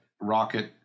Rocket